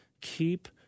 keep